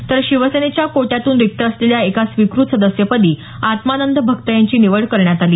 तर शिवसेनेच्या कोट्यातून रिक्त असलेल्या एका स्वीकृत सदस्यपदी आत्मानंद भक्त यांची निवड करण्यात आली